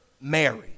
Mary